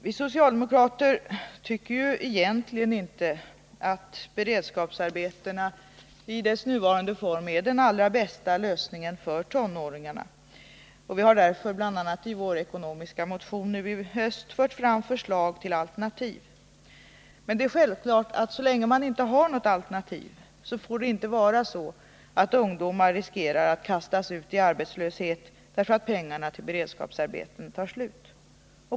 Vi socialdemokrater tycker ju egentligen inte att beredskapsarbetena i sin nuvarande form är den allra bästa lösningen för tonåringarna. Därför har vi bl.a. i vår ekonomiska motion nu i höst fört fram förslag till alternativ. Men det är självklart att så länge man inte har något alternativ får det inte vara så att ungdomar riskerar att kastas ut i arbetslöshet därför att pengarna till beredskapsarbeten tar slut.